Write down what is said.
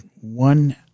one